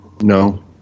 No